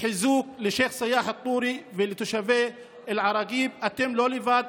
חיזוק לשייח' סיאח א-טורי ולתושבי אל-עראקיב: אתם לא לבד.